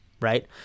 right